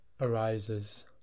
arises